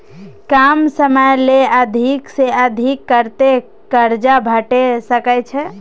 कम समय ले अधिक से अधिक कत्ते कर्जा भेट सकै छै?